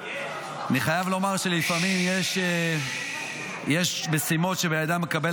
אני חייב לומר שלפעמים יש משימות שבן אדם מקבל